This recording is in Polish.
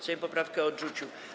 Sejm poprawkę odrzucił.